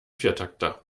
viertakter